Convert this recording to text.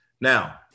Now